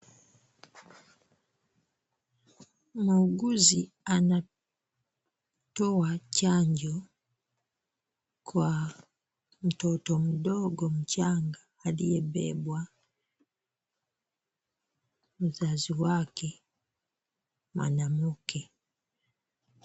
Muuguzi anatoa chanjo kwa mtoto mdogo mchanga aliyebebwa mzazi wake mwanamke.